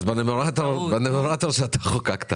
בנומרטור שאתה חוקקת